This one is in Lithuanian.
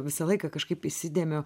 visą laiką kažkaip įsidėmiu